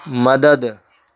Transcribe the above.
مدد